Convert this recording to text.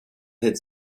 hit